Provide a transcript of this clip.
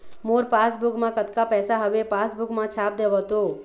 मोर passbook मा कतका पैसा हवे पासबुक मा छाप देव तो?